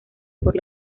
por